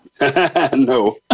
No